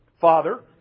Father